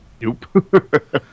Nope